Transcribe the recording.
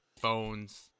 phones